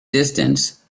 distance